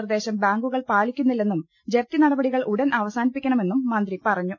നിർദേശം ബാങ്കുകൾ പാലിക്കുന്നി ല്ലെന്നും ജപ്തി നടപടികൾ ഉടൻ അവസാനിപ്പിക്കണമെന്നും മന്ത്രി പറഞ്ഞു